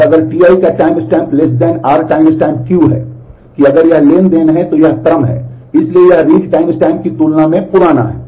और अगर Ti का टाइमस्टैम्प R timestamp है